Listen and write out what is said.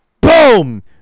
boom